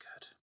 good